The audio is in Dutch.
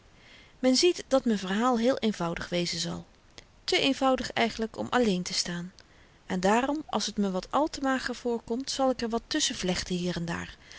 men ziet dat m'n verhaal heel eenvoudig wezen zal te eenvoudig eigenlyk om alleen te staan en daarom als t me wat al te mager voorkomt zal ik er wat tusschenvlechten hier en daar